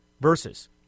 versus